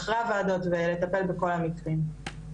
אחרי הוועדות ולטפל בכל המקרים.